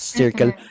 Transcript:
circle